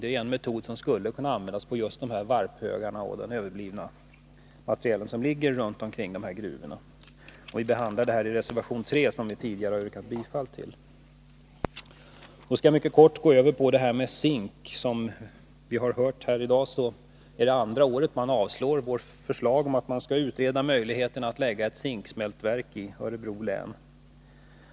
Detta är en metod som skulle kunna användas för just dessa varphögar och det överblivna material som ligger runt omkring de här gruvorna. Vi behandlar detta i reservation 3, som vi tidigare har yrkat bifall till. Jag skall gå över till att tala något om zink. Som vi hört här tidigare i dag är det andra året man avstyrker vårt förslag om att utreda möjligheterna att anlägga ett zinksmältverk i Örebro län.